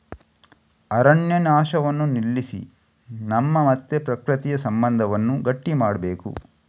ಅರಣ್ಯ ನಾಶವನ್ನ ನಿಲ್ಲಿಸಿ ನಮ್ಮ ಮತ್ತೆ ಪ್ರಕೃತಿಯ ಸಂಬಂಧವನ್ನ ಗಟ್ಟಿ ಮಾಡ್ಬೇಕು